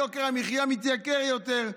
יוקר המחיה מתייקר יותר,